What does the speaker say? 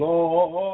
Lord